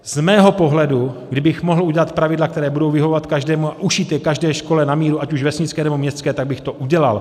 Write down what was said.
Z mého pohledu, kdybych mohl udělat pravidla, která budou vyhovovat každému, a ušít je každé škole na míru, ať už vesnické, nebo městské, tak bych to udělal.